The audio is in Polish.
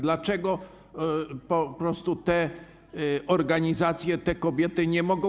Dlaczego po prostu te organizacje, te kobiety nie mogą.